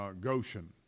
Goshen